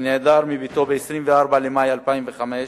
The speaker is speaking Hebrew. שנעדר מביתו מ-24 במאי 2005,